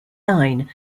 line